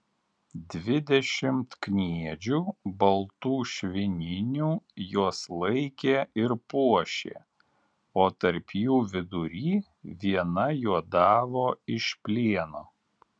dvidešimt kniedžių baltų švininių juos laikė ir puošė o tarp jų vidury viena juodavo iš plieno